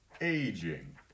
Aging